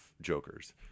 jokers